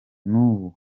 n’ubu